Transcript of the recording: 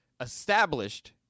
Established